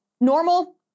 normal